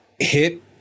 hit